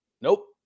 nope